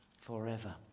forever